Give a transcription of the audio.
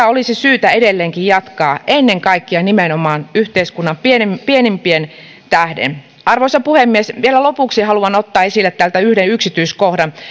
olisi syytä edelleenkin jatkaa ennen kaikkea ja nimenomaan yhteiskunnan pienimpien pienimpien tähden arvoisa puhemies vielä lopuksi haluan ottaa esille täältä yhden yksityiskohdan